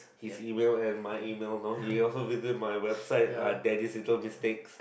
his email and my email know he also visit my website ah daddy little mistakes